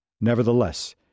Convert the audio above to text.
Nevertheless